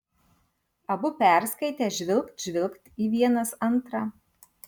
abu perskaitę žvilgt žvilgt į vienas antrą